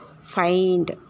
find